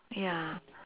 ya